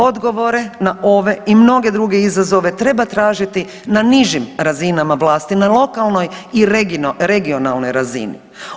Odgovore na ove i mnoge druge izazove treba tražiti na nižim razinama vlasti na lokalnoj i regionalnoj razini.